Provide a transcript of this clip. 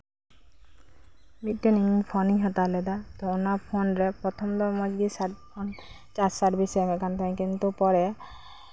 ᱢᱤᱫᱴᱮᱱ ᱯᱷᱳᱱᱤᱧ ᱦᱟᱛᱟᱣ ᱞᱮᱫᱟ ᱛᱚ ᱚᱱᱟ ᱯᱷᱳᱱ ᱨᱮ ᱯᱨᱚᱛᱷᱚᱢ ᱫᱚ ᱢᱚᱡᱽ ᱜᱮ ᱥᱟᱨ ᱚᱱᱟ ᱯᱷᱳᱱ ᱪᱟᱨᱡᱽ ᱥᱟᱨᱵᱷᱤᱥᱮ ᱮᱢᱮᱫ ᱛᱟᱦᱮᱸᱜᱼᱟ ᱠᱤᱱᱛᱩ ᱚᱱᱟ ᱯᱷᱳᱱ